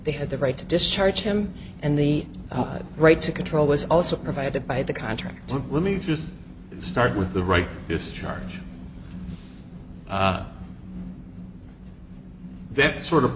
they had the right to discharge him and the right to control was also provided by the contract to let me just start with the right discharge then sort of